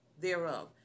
thereof